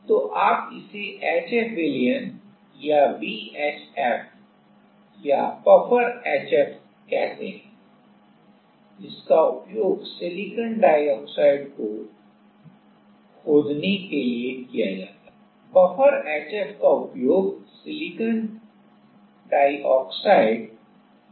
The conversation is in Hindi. तो आप इसे HF विलयन या BHF या बफर HF कहते हैं जिसका उपयोग सिलिकॉन डाइऑक्साइड को खोदने के लिए किया जाता है बफर HF का उपयोग SiO2 को खोदने के लिए किया जाता है